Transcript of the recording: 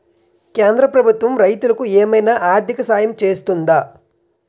కేంద్ర ప్రభుత్వం రైతులకు ఏమైనా ఆర్థిక సాయం చేస్తుందా?